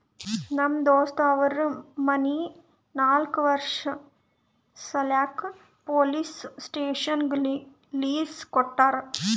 ನಮ್ ದೋಸ್ತ್ ಅವ್ರ ಮನಿ ನಾಕ್ ವರ್ಷ ಸಲ್ಯಾಕ್ ಪೊಲೀಸ್ ಸ್ಟೇಷನ್ಗ್ ಲೀಸ್ ಕೊಟ್ಟಾರ